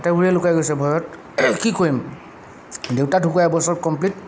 হাতে ভৰিয়ে লুকাই গৈছে ভয়ত কি কৰিম দেউতা ঢুকোৱা এবছৰ কমপ্লিট